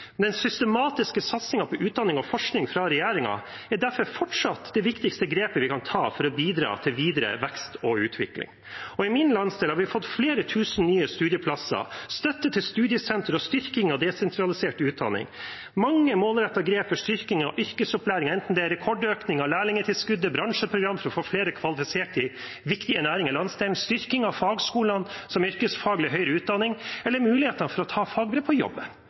systematiske satsinger på utdanning og forskning fra regjeringens side er derfor fortsatt det viktigste grepet vi kan ta for å bidra til videre vekst og utvikling. I min landsdel har vi fått flere tusen nye studieplasser, støtte til studiesentre og styrking av desentralisert utdanning. En har tatt mange målrettede grep for styrking av yrkesopplæring, enten det er rekordøkning av lærlingtilskuddet, bransjeprogram for å få flere kvalifiserte i viktige næringer i landsdelen, styrking av fagskolene som yrkesfaglig høyere utdanning og muligheter for å ta fagbrev på jobben,